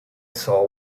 saw